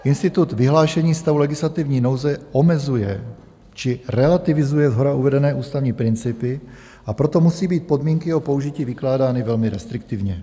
Institut vyhlášení stavu legislativní nouze omezuje či relativizuje shora uvedené ústavní principy, a proto musí být podmínky o použití vykládány velmi restriktivně.